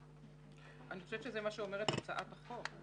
אני חושבת שזה מה שאומרת הצעת החוק.